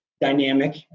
dynamic